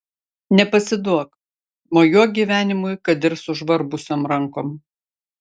nepasiduok mojuok gyvenimui kad ir sužvarbusiom rankom